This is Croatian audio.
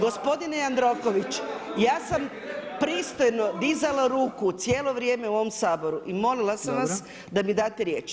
Gospodine Jadroković ja sam pristojno dizala ruku cijelo vrijeme u ovom Saboru i molila sam vas da mi date riječ.